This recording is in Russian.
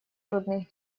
грудных